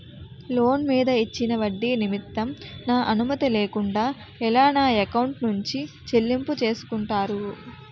Loan మీద ఇచ్చిన ఒడ్డి నిమిత్తం నా అనుమతి లేకుండా ఎలా నా ఎకౌంట్ నుంచి చెల్లింపు చేసుకుంటారు?